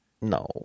No